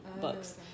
books